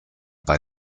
bei